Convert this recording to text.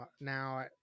now